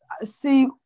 see